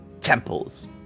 temples